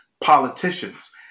politicians